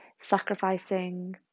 sacrificing